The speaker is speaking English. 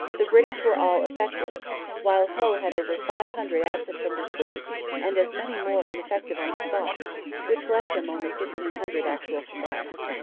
the british were all effectives while hull had over five hundred absent from detroit and as many more ineffective on the spot which left him only fifteen hundred actual combatants.